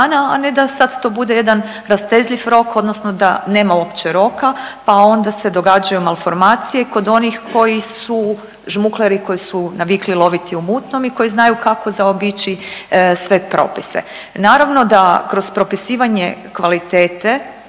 a ne da sad to bude jedan rastezljiv rok, odnosno da nema uopće roka, pa onda se događaju malformacije kod onih koji su žmukljari koji su navikli loviti u mutnom i koji znaju kako zaobići sve propise. Naravno da kroz propisivanje kvalitete